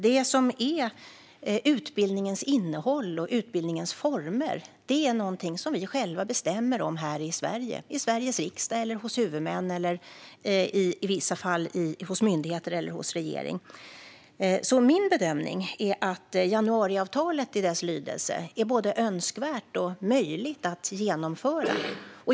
Det som är utbildningens innehåll och utbildningens former är någonting som vi själva bestämmer om här i Sverige - i Sveriges riksdag, hos huvudmän eller i vissa fall hos myndigheter eller i regeringen. Min bedömning är att januariavtalet i dess lydelse är både önskvärt och möjligt att genomföra.